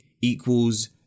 equals